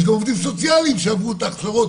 יש גם עובדים סוציאליים שעברו את ההכשרות